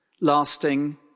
lasting